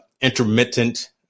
intermittent